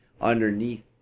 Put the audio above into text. underneath